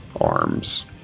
arms